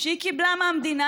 שהיא קיבלה מהמדינה,